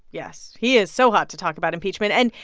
yes. he is so hot to talk about impeachment. and,